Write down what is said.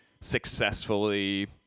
successfully